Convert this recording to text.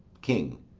king.